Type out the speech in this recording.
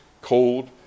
cold